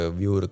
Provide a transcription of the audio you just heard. view